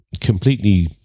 completely